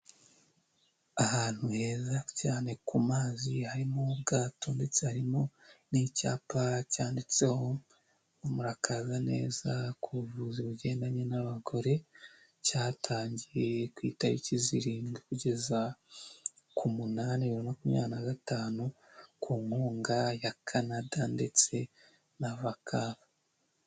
Ahantu heza cyane ku mazi harimo ubwato ndetse harimo n'icyapa cyanditseho murakaza neza ku buvuzi bugendanye n'abagore, cyatangiye ku itariki zirindwi kugeza ku munani bibiri na makumyabiri na gatanu ku nkunga ya Kanada ndetse na vaka.